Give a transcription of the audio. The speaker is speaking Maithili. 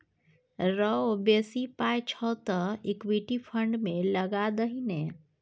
रौ बेसी पाय छौ तँ इक्विटी फंड मे लगा दही ने